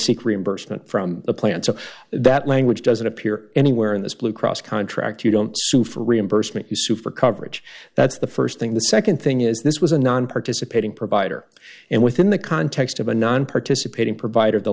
seek reimbursement from the plan so that language doesn't appear anywhere in this blue cross contract you don't sue for reimbursement you sue for coverage that's the st thing the nd thing is this was a nonparticipating provider and within the context of a nonparticipating provider the